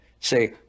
say